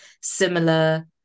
similar